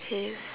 his